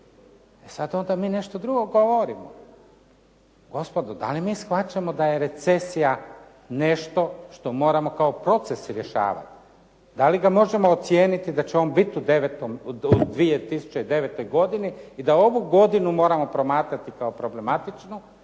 sad onda mi nešto drugo govorimo. Gospodo, da li mi shvaćamo da je recesija nešto što moramo kao proces rješavati? Da li ga možemo ocijeniti da će on biti u 2009. godini i da ovu godinu promatrati kao problematičnu